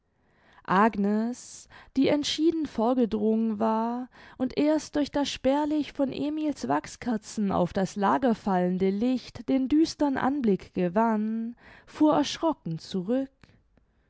agnes die entschieden vorgedrungen war und erst durch das spärlich von emil's wachskerzen auf das lager fallende licht den düstern anblick gewann fuhr erschrocken zurück